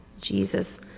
Jesus